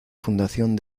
fundación